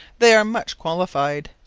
they are much qualified.